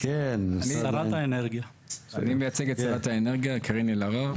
אני מייצג את שרת האנרגיה קארין אלהרר.